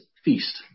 feast